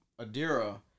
Adira